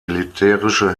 militärische